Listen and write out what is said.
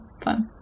fun